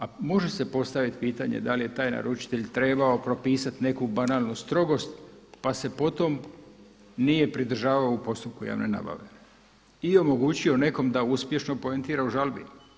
A može se postaviti pitanje da li je taj naručitelj trebao propisati neku banalnu strogost pa se po tom nije pridržavao u postupku javne nabave i omogućio nekom da uspješno poentira u žabi.